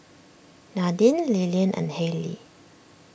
Nadine Lilian and Hailey